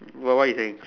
what what you saying